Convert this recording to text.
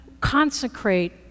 consecrate